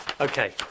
okay